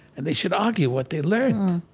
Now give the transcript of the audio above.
and they should argue what they learned,